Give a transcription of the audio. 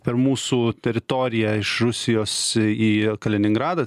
per mūsų teritoriją iš rusijos į kaliningradą